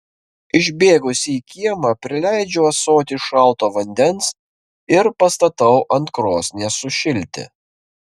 išbėgusi į kiemą prileidžiu ąsotį šalto vandens ir pastatau ant krosnies sušilti